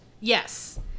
Yes